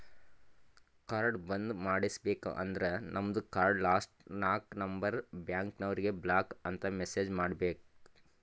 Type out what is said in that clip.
card ಬಂದ್ ಮಾಡುಸ್ಬೇಕ ಅಂದುರ್ ನಮ್ದು ಕಾರ್ಡ್ ಲಾಸ್ಟ್ ನಾಕ್ ನಂಬರ್ ಬ್ಯಾಂಕ್ನವರಿಗ್ ಬ್ಲಾಕ್ ಅಂತ್ ಮೆಸೇಜ್ ಮಾಡ್ಬೇಕ್